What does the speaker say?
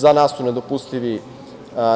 Za nas su nedopustivi